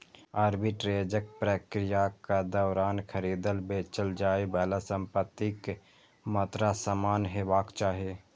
आर्बिट्रेजक प्रक्रियाक दौरान खरीदल, बेचल जाइ बला संपत्तिक मात्रा समान हेबाक चाही